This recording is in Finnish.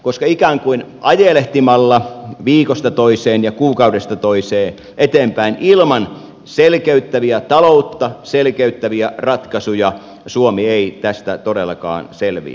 koska ikään kuin ajelehtimalla viikosta toiseen ja kuukaudesta toiseen eteenpäin ilman selkeyttäviä taloutta selkeyttäviä ratkaisuja suomi ei tästä todellakaan selviä